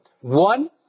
One